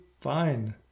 fine